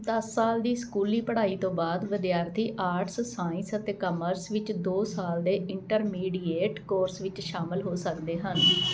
ਦਸ ਸਾਲ ਦੀ ਸਕੂਲੀ ਪੜ੍ਹਾਈ ਤੋਂ ਬਾਅਦ ਵਿਦਿਆਰਥੀ ਆਰਟਸ ਸਾਇੰਸ ਅਤੇ ਕਾਮਰਸ ਵਿੱਚ ਦੋ ਸਾਲ ਦੇ ਇੰਟਰਮੀਡੀਏਟ ਕੋਰਸ ਵਿੱਚ ਸ਼ਾਮਲ ਹੋ ਸਕਦੇ ਹਨ